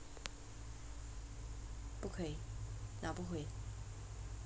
不可以拿不会